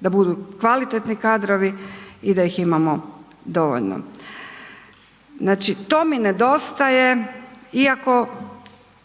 da budu kvalitetni kadrovi i da ih imamo dovoljno. To mi nedostaje iako